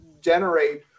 generate